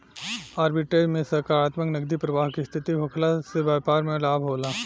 arbitrage में सकारात्मक नगदी प्रबाह के स्थिति होखला से बैपार में लाभ होला